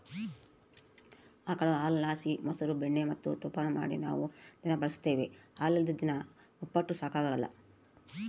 ಆಕುಳು ಹಾಲುಲಾಸಿ ಮೊಸ್ರು ಬೆಣ್ಣೆ ಮತ್ತೆ ತುಪ್ಪಾನ ಮಾಡಿ ನಾವು ದಿನಾ ಬಳುಸ್ತೀವಿ ಹಾಲಿಲ್ಲುದ್ ದಿನ ಒಪ್ಪುಟ ಸಾಗಕಲ್ಲ